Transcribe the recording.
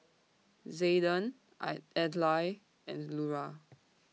Zayden I Adlai and Lura